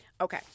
Okay